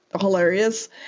hilarious